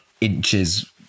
inches